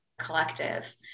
collective